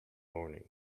morning